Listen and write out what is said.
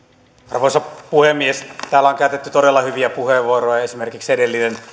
arvoisa puhemies täällä on käytetty todella hyviä puheenvuoroja esimerkiksi edellinen